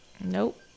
Nope